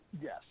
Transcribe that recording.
yes